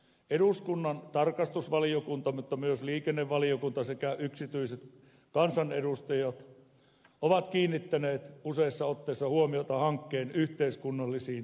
eduskunnan tarkastusvaliokunta mutta myös liikennevaliokunta sekä yksityiset kansanedustajat ovat kiinnittäneet useassa otteessa huomiota hankkeen yhteiskunnallisiin tappioihin